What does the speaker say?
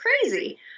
crazy